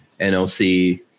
NLC